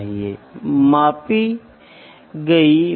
तो यह माप के रेशनल मेथड हैं